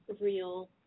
Real